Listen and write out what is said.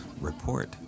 report